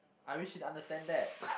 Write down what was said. I wished he'd understand that